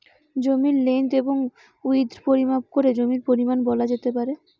জমির লেন্থ এবং উইড্থ পরিমাপ করে জমির পরিমান বলা যেতে পারে